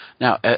Now